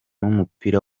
w’umupira